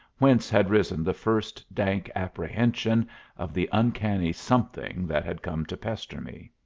whence had risen the first dank apprehension of the uncanny something that had come to pester me.